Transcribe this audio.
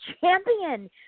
champion